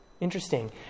Interesting